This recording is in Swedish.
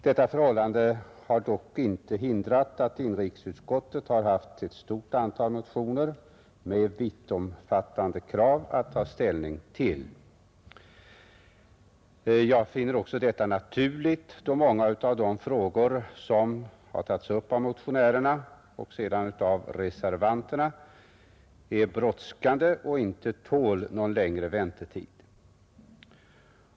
Detta förhållande har dock inte hindrat att inrikesutskottet haft ett stort antal motioner med vittomfattande krav att ta ställning till. Jag finner också detta naturligt, då många av de frågor som har tagits upp av motionärerna och sedan av reservanterna är brådskande och inte tål någon längre väntetid.